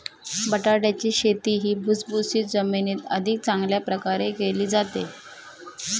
बटाट्याची शेती ही भुसभुशीत जमिनीत अधिक चांगल्या प्रकारे केली जाते